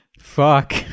Fuck